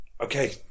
Okay